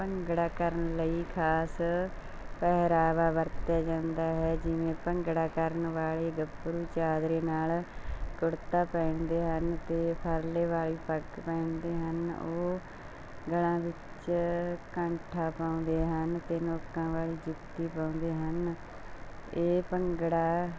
ਭੰਗੜਾ ਕਰਨ ਲਈ ਖਾਸ ਪਹਿਰਾਵਾ ਵਰਤਿਆ ਜਾਂਦਾ ਹੈ ਜਿਵੇਂ ਭੰਗੜਾ ਕਰਨ ਵਾਲੇ ਗੱਭਰੂ ਚਾਦਰੇ ਨਾਲ ਕੁੜਤਾ ਪਹਿਨਦੇ ਹਨ ਅਤੇ ਫਰਲੇ ਵਾਲੀ ਪੱਗ ਪਹਿਨਦੇ ਹਨ ਉਹ ਗਲਾਂ ਵਿੱਚ ਕੈਂਠਾ ਪਾਉਂਦੇ ਹਨ ਅਤੇ ਨੋਕਾਂ ਵਾਲੀ ਜੁੱਤੀ ਪਾਉਂਦੇ ਹਨ ਇਹ ਭੰਗੜਾ